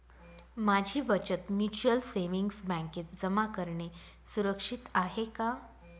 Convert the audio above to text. माझी बचत mutual savings बँकेत जमा करणे सुरक्षित आहे का